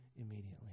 immediately